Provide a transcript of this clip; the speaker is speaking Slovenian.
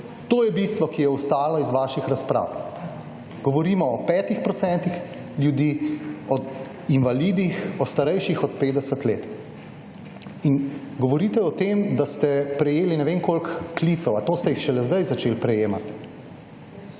to je bistvo, ki je ostalo iz vaših razprav. Govorimo o 5 % ljudi, o invalidih, o starejših od 50 let. In govorite o tem, da ste prejeli ne vem koliko klicev. A to ste jih šele zdaj začeli prejemati?